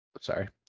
sorry